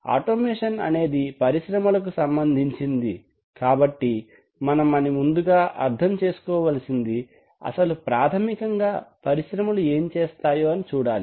automation అనేది పరిశ్రమలకు సంబంధించింది కాబట్టి మనం అనిముందుగా అర్థం చేసుకోవలసినది అసలు ప్రాథమికంగా పరిశ్రమలు ఏం చేస్తాయా అని చూడాలి